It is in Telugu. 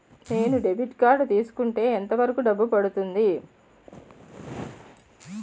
నేను డెబిట్ కార్డ్ తీసుకుంటే ఎంత వరకు డబ్బు పడుతుంది?